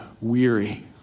weary